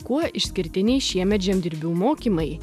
kuo išskirtiniai šiemet žemdirbių mokymai